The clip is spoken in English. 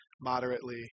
moderately